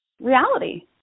reality